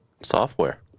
software